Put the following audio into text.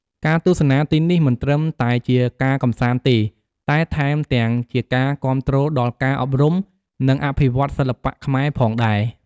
ការទស្សនាទីនេះ មិនត្រឹមតែជាការកម្សាន្តទេ តែថែមទាំងជាការគាំទ្រដល់ការអប់រំ និងអភិវឌ្ឍន៍សិល្បៈខ្មែរផងដែរ។